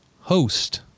host